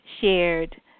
shared